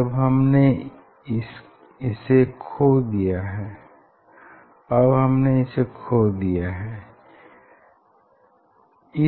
अब हमने इसे खो दिया है